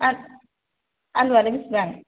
आरो आलुवालाय बिसिबां